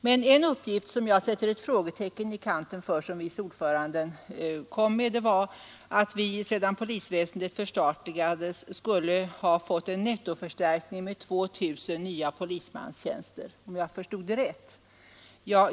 Men en uppgift som vice ordföranden kom med sätter jag ett frågetecken i kanten för. Hon sade att vi sedan polisväsendet förstatligades skulle ha fått en nettoförstärkning med 2 000 nya polismanstjänster, om jag förstod det rätt.